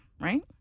right